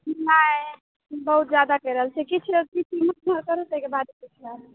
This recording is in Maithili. नहि बहुत ज्यादा कहि रहल छियै किछु लोक ताहिके बाद हेतै